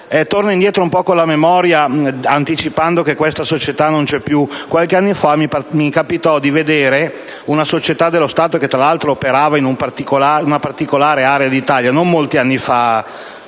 Tornando indietro con la memoria, e anticipando che questa società non c'è più, qualche anno fa mi capitò di vedere una società dello Stato, che tra l'altro operava in una particolare area d'Italia - mi riferisco